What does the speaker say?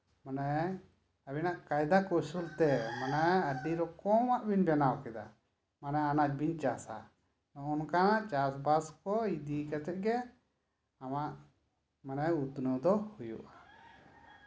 ᱢᱟᱱᱮ ᱟᱵᱤᱱᱟᱜ ᱠᱟᱭᱫᱟ ᱠᱳᱣᱥᱚᱞᱛᱮ ᱢᱟᱱᱮ ᱟᱹᱰᱤ ᱨᱚᱠᱚᱢᱟᱜ ᱵᱤᱱ ᱵᱮᱱᱟᱣ ᱠᱮᱫᱟ ᱢᱟᱱᱮ ᱚᱱᱟᱡ ᱵᱤᱱ ᱪᱟᱥᱟ ᱚᱱᱠᱟᱱᱟᱜ ᱪᱟᱥᱼᱵᱟᱥ ᱠᱚ ᱤᱫᱤ ᱠᱟᱛᱮᱫ ᱜᱮ ᱟᱢᱟᱜ ᱢᱟᱱᱮ ᱩᱛᱱᱟᱹᱣ ᱫᱚ ᱦᱩᱭᱩᱜᱼᱟ